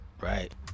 right